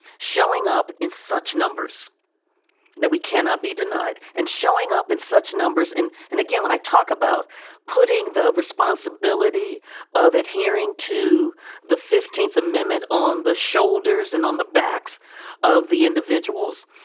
showing up in such numbers that we cannot be denied and showing up in such numbers. and again, when i talk about putting the responsibility of adhering to the fifteenth amendment on the shoulders and on the backs of the individuals,